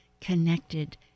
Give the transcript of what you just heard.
connected